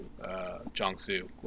Jiangsu